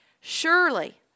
Surely